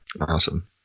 Awesome